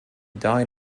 died